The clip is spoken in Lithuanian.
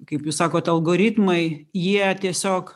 kaip jūs sakot algoritmai jie tiesiog